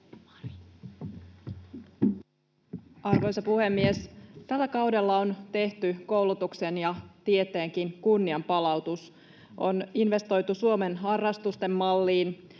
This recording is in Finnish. Arvoisa puhemies! Tällä kaudella on tehty koulutuksen ja tieteenkin kunnianpalautus. On investoitu Suomen harrastusten malliin,